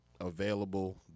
available